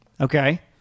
Okay